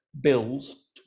bills